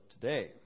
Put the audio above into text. today